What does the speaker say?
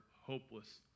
hopeless